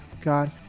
God